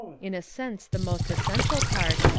in a sense the most essential part,